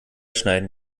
schneiden